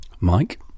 Mike